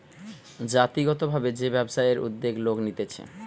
জাতিগত ভাবে যে ব্যবসায়ের উদ্যোগ লোক নিতেছে